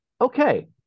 Okay